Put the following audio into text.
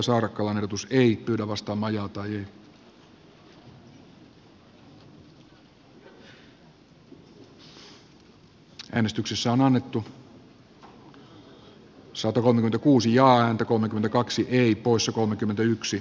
erilainen kohtelu ei ole syrjintää jos kohtelu perustuu lakiin ja sillä muutoin on hyväksyttävä tavoite ja keinot tavoitteen saavuttamiseksi ovat oikeasuhtaisia